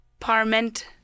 parment